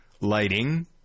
lighting